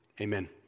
Amen